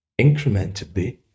incrementally